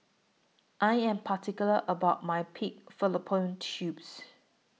I Am particular about My Pig Fallopian Tubes